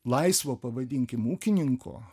laisvo pavadinkim ūkininko